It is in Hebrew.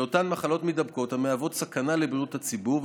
בהיותה מחלה מידבקת המהווה סכנה לבריאות הציבור,